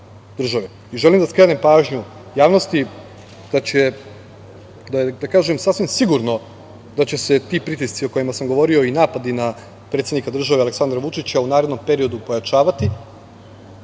I želim da skrenem pažnju javnosti da će, da kažem sasvim sigurno, da će se ti pritisci o kojima sam govorio i napadi na predsednika države Aleksandra Vučića u narednom periodu pojačavati,